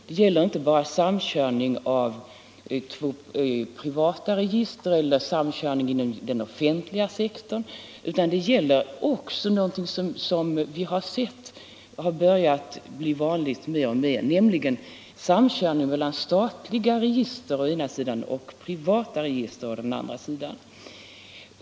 Det gäller inte bara samkörning av privata register eller samkörning inom den offentliga sektorn, utan det gäller också någonting som blir mer och mer vanligt, nämligen samkörning mellan statliga register å ena sidan och privata register å andra sidan.